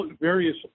various